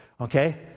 okay